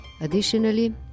Additionally